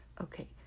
okay